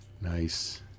Nice